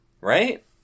right